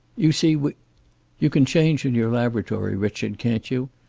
you see, we you can change in your laboratory. richard, can't you?